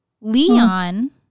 Leon